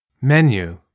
Menu